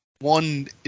one